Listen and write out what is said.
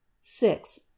six